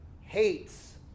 hates